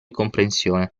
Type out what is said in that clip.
comprensione